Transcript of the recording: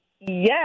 Yes